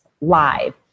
live